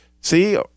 See